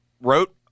wrote